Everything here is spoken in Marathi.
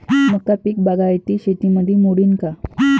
मका पीक बागायती शेतीमंदी मोडीन का?